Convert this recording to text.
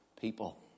people